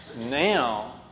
Now